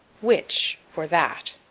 which for that.